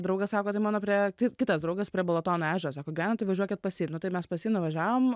draugas sako tai mano prie tai kitas draugas prie balatono ežero sako gyvena tai važiuokit pas jį nu tai mes pas jį nuvažiavom